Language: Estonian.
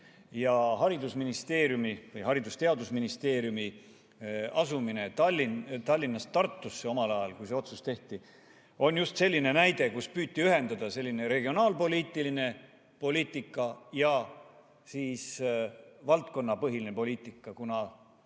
või Haridus- ja Teadusministeeriumi asumine Tallinnast Tartusse omal ajal, kui see otsus tehti, on just selline näide, kus püüti ühendada regionaalpoliitiline poliitika ja valdkonnapõhine poliitika. Tartu